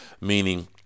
meaning